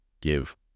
give